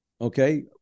Okay